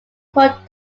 court